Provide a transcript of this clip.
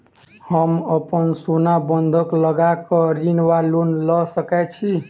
हम अप्पन सोना बंधक लगा कऽ ऋण वा लोन लऽ सकै छी?